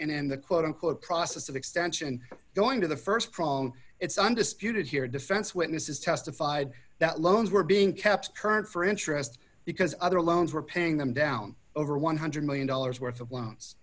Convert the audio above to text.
in and the quote unquote process of extension going to the st problem it's undisputed here defense witnesses testified that loans were being kept current for interest because other loans were paying them down over one hundred million dollars worth of loans